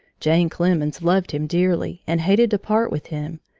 jane clemens loved him dearly and hated to part with him,